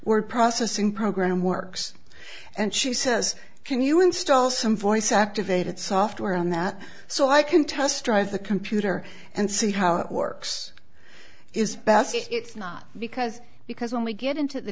word processing program works and she says can you install some voice activated software on that so i can test drive the computer and see how it works is best it's not because because when we get into the